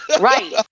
Right